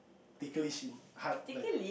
ticklish and hard like